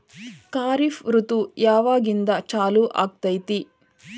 ಖಾರಿಫ್ ಋತು ಯಾವಾಗಿಂದ ಚಾಲು ಆಗ್ತೈತಿ?